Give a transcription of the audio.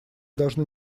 должны